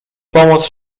pomoc